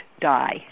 die